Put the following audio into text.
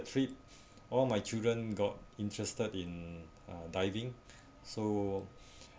trip all my children got interested in uh diving so